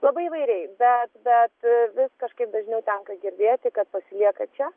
labai įvairiai bet bet vis kažkaip dažniau tenka girdėti kad pasilieka čia